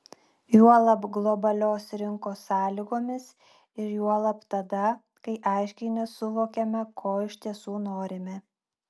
juolab globalios rinkos sąlygomis ir juolab tada kai aiškiai nesuvokiame ko iš tiesų norime